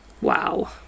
Wow